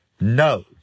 no